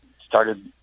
started